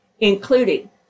including